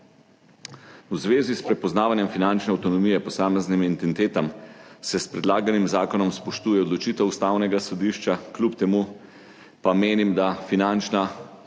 V zvezi s prepoznavanjem finančne avtonomije posameznim entitetam, se s predlaganim zakonom spoštuje odločitev Ustavnega sodišča, kljub temu pa menim, da finančna